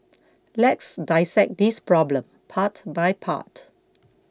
let's dissect this problem part by part